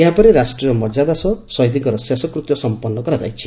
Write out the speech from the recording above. ଏହାପରେ ରାଷ୍ଟ୍ରୀୟ ମର୍ଯ୍ୟାଦା ସହ ଶହୀଦ୍ଙ୍ଙର ଶେଷକୃତ୍ୟ ସମ୍ପନ୍ ହୋଇଛି